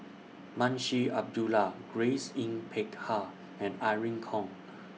Munshi Abdullah Grace Yin Peck Ha and Irene Khong